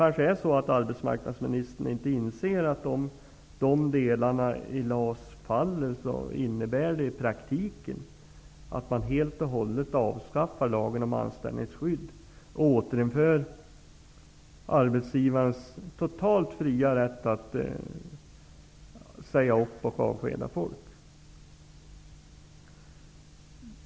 Kanske inser inte arbetsmarknadsministern att om de delarna i LAS faller, innebär det i praktiken att man helt och hållet avskaffar lagen om anställningsskydd och återinför arbetsgivarens totalt fria rätt att säga upp och avskeda folk.